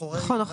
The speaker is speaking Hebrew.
נכון,